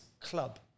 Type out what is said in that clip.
club